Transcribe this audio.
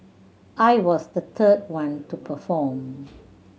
I was the third one to perform